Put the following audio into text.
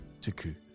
Tuku